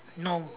no